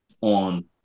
on